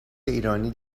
ایرانی